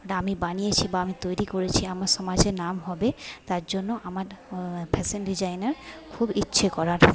ওটা আমি বানিয়েছি বা আমি তৈরি করেছি আমার সমাজে নাম হবে তার জন্য আমার ফ্যাশন ডিজাইনার খুব ইচ্ছে করার